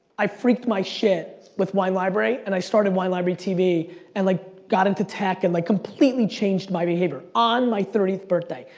i freaked my shit with wine library and i started wine library tv and like got into tech and i like completely changed my behavior. on my thirtieth birthday.